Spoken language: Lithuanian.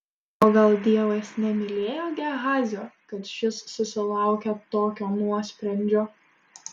o gal dievas nemylėjo gehazio kad šis susilaukė tokio nuosprendžio